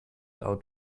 out